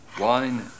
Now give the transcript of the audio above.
Wine